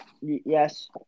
Yes